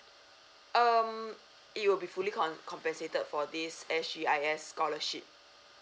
um it will be fully com~ compensated for this S_G_I_S scholarship